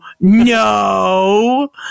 no